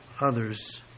others